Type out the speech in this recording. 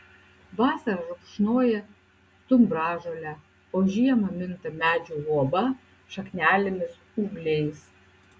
vasarą rupšnoja stumbražolę o žiemą minta medžių luoba šaknelėmis ūgliais